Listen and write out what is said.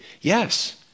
Yes